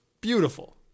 beautiful